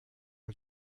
are